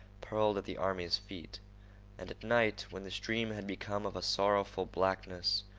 purled at the army's feet and at night, when the stream had become of a sorrowful blackness,